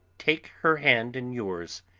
take her hand in yours,